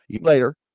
later